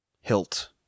hilt